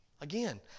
Again